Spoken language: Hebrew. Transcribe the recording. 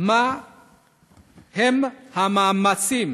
1. מהם המאמצים